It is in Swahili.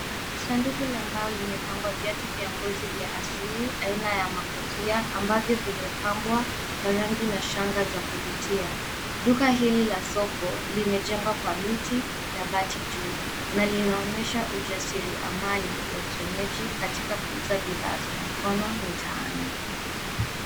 Sandiku la mbao limepangwa viatu vya ngozi vya asili aina ya makofia ambavyo vimepambwa kwa rangi na shanga za kuvutia. Duka hili la soko limejengwa kwa miti na bati juu na linaonyesha ujasiriamali wa kienyeji katika kuuza bidhaa za mikono mitaani.